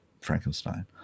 Frankenstein